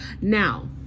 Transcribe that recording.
Now